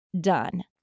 done